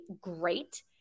great